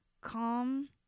calm